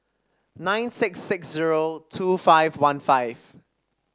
nine six six zero two five one five